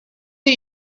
dir